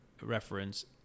reference